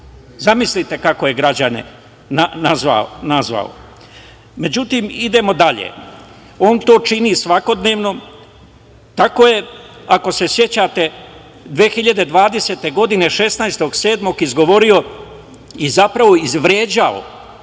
Zamislite kako je građane nazvao? Međutim, idemo dalje. On to čini svakodnevno. Tako je, ako se sećate 2020. godine, 16.07. izgovorio i zapravo izvređao